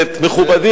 כבל,